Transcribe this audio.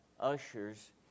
Ushers